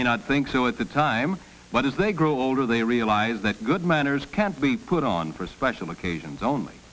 may not think so at the time but as they grow older they realize that good manners can't be put on for special occasions only